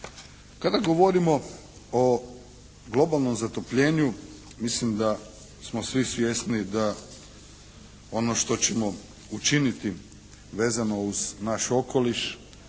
Kada govorimo o globalnom zatopljenju mislim da smo svi svjesni da ono što ćemo učiniti vezano uz naš okoliš,